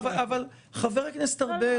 חבר הכנסת ארבל.